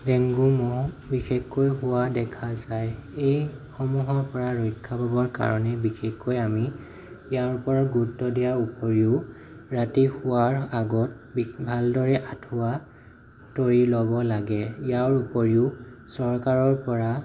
dengue মহ বিশেষকৈ হোৱা দেখা যায় এই সমূহৰ পৰা ৰক্ষা পাবৰ কাৰণে বিশেষকৈ আমি ইয়াৰ ওপৰত গুৰুত্ব দিয়াৰ ওপৰিও ৰাতি শোৱাৰ আগত বিশে ভালদৰে আঁঠুৱা তৰি ল'ব লাগে ইয়াৰ ওপৰিও চৰকাৰৰ পৰা